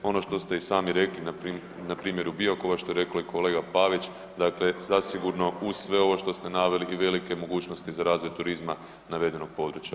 Ono što ste i sami rekli, npr. u Biokovu, što je rekao i kolega Pavić, dakle, zasigurno, uz sve ovo što ste naveli i velike mogućnosti za razvoj turizma navedenog područja.